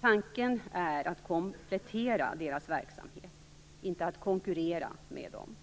Tanken är att komplettera deras verksamhet, inte att konkurrera med dem.